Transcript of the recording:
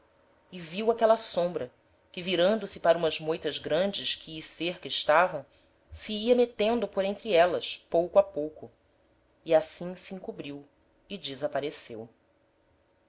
e viu aquela sombra que virando-se para umas moitas grandes que hi cerca estavam se ia metendo por entre élas pouco a pouco e assim se encobriu e desapareceu